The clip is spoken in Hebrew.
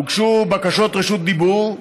הוגשו בקשות רשות דיבור.